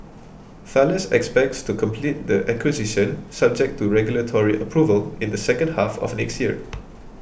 Thales expects to complete the acquisition subject to regulatory approval in the second half of next year